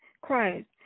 Christ